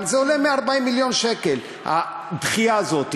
אבל זה עולה 140 מיליון שקל, הדחייה הזאת.